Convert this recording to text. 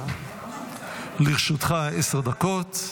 לרשותך עשר דקות.